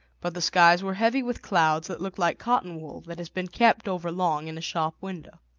but the skies were heavy with clouds that looked like cotton-wool that has been kept over long in a shop window.